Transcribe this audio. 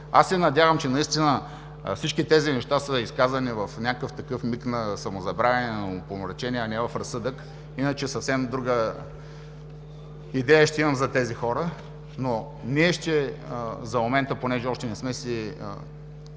Аз се надявам, че наистина всички тези неща са изказани в някакъв такъв миг на самозабравяне, на умопомрачение, а не в разсъдък. Иначе съвсем друга идея ще имам за тези хора. Ние, понеже още не сме си